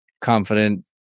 confident